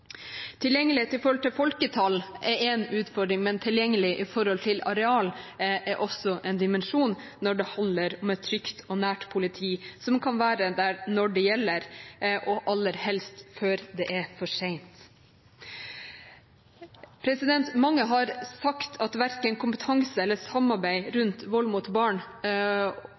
Tilgjengelighet med tanke på folketall er en utfordring, men tilgjengelighet med tanke på areal er også en dimensjon når det handler om et trygt og nært politi som kan være der når det gjelder, og aller helst før det er for sent. Mange har sagt at verken kompetansen eller samarbeidet rundt vold mot barn